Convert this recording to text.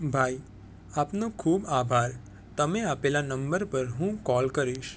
ભાઈ આપનો ખૂબ આભાર તમે આપેલા નંબર પર હું કૉલ કરીશ